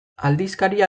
aldizkaria